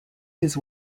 his